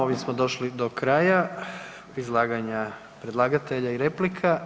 Ovime smo došli do kraja izlaganja predlagatelja i replika.